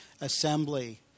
assembly